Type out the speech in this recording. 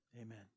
amen